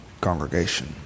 congregation